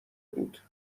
بود